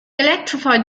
electrified